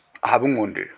হাবুং মন্দিৰ